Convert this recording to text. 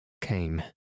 Came